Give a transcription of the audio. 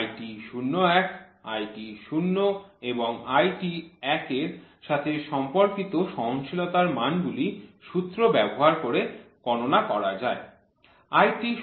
IT01 IT0 এবং IT1 এর সাথে সম্পর্কিত সহনশীলতার মানগুলি সূত্র ব্যবহার করে গণনা করা যায়